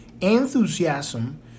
enthusiasm